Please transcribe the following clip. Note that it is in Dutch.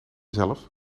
zelf